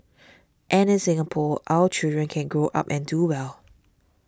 and in Singapore our children can grow up and do well